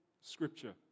scripture